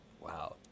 Wow